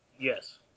Yes